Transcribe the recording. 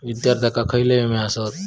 विद्यार्थ्यांका खयले विमे आसत?